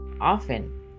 often